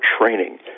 training